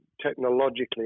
technologically